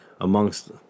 amongst